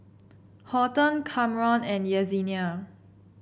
Horton Kamron and Yesenia